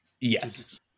Yes